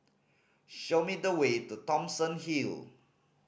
show me the way to Thomson Hill